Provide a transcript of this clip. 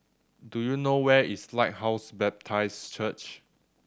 do you know where is Lighthouse Baptist Church